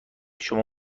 شما